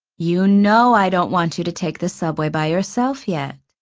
you know i don't want you to take the subway by yourself yet,